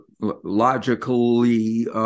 logically